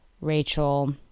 rachel